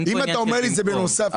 אם אתה אומר לי שזה בנוסף אתה צודק.